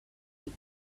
keep